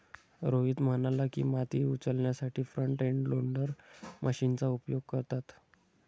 रोहित म्हणाला की, माती उचलण्यासाठी फ्रंट एंड लोडर मशीनचा उपयोग करतात